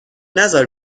نزار